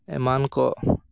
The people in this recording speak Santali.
ᱮᱢᱟᱱ ᱠᱚ